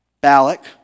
Balak